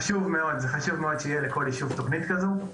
זה חשוב מאוד שלכל יישוב תהיה תוכנית כזאת.